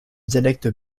dialecte